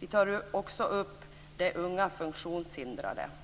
Vi tar också upp de unga funktionshindrades situation.